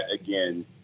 again